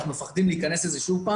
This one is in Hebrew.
אנחנו מפחדים להיכנס לזה שוב.